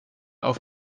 auf